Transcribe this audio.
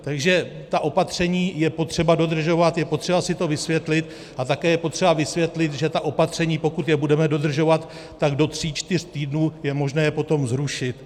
Takže ta opatření je potřeba dodržovat, je potřeba si to vysvětlit a také je potřeba vysvětlit, že opatření, pokud je budeme dodržovat, tak do tří čtyř týdnů je možné je potom zrušit.